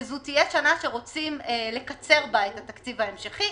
שזו תהיה שנה שרוצים לקצר בה את התקציב ההמשכי.